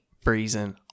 freezing